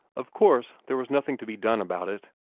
of course there was nothing to be done about it.